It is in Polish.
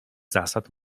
zasad